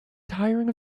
tiring